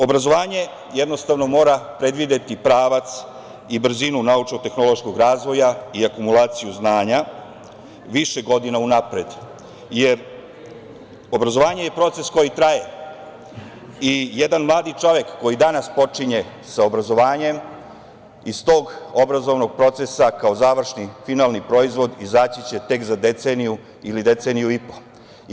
Obrazovanje jednostavno mora predvideti pravac i brzinu naučno-tehnološkog razvoja i akumulaciju znanja više godina unapred, jer obrazovanje je proces koji traje i jedan mladi čovek koji danas počinje sa obrazovanjem iz tog obrazovnog procesa kao završni, finalni proizvod izaći će tek za deceniju ili deceniju i po.